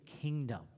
kingdom